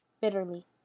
Bitterly